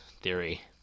theory